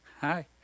Hi